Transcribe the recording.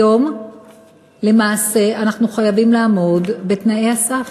כיום למעשה אנחנו חייבים לעמוד בתנאי הסף.